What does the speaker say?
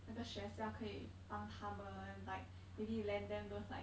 the chefs are 可以 harbour like maybe you lend them those like